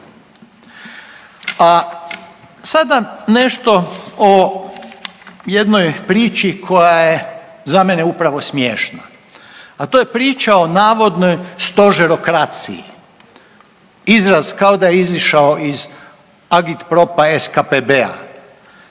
A sada nešto o jednoj priči koja je za mene upravo smiješna. A to je priča o navodnoj stožerokraciji, izraz kao da je izišao iz agitpropa SKPB-a.